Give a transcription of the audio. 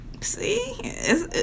See